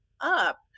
up